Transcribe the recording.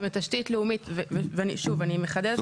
תשתית לאומית, ושוב, אני מחדדת.